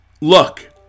Look